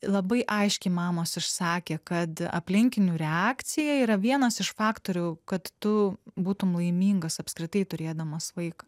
labai aiškiai mamos išsakė kad aplinkinių reakcija yra vienas iš faktorių kad tu būtum laimingas apskritai turėdamas vaiką